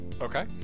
Okay